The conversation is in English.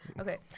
Okay